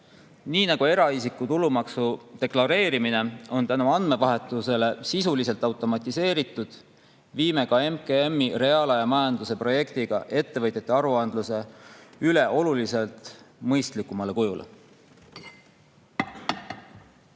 Nii nagu eraisiku tulumaksu deklareerimine on tänu andmevahetusele sisuliselt automatiseeritud, viime ka MKM‑i reaalajamajanduse projektiga ettevõtjate aruandluse üle oluliselt mõistlikumale kujule.